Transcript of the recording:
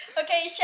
Okay